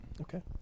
Okay